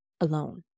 alone